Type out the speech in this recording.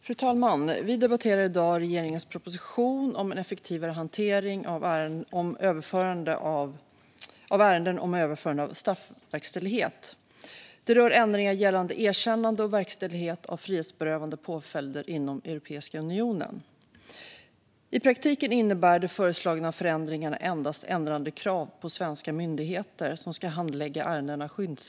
Fru talman! Vi debatterar i dag regeringens proposition om en effektivare hantering av ärenden om överförande av straffverkställighet. Det rör ändringar gällande erkännande och verkställighet av frihetsberövande påföljder inom Europeiska unionen. I praktiken innebär de föreslagna förändringarna endast ändrade krav på svenska myndigheter om "skyndsam handläggning".